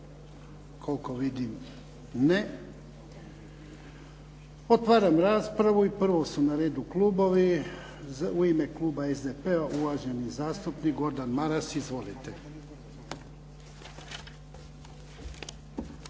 Koliko vidim ne. Otvaram raspravu i prvo su na redu klubovi. U ime Kluba SDP-a uvaženi zastupnik Gordan Maras. Izvolite.